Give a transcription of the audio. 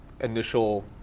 initial